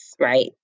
right